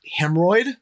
hemorrhoid